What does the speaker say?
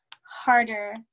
harder